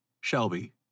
Shelby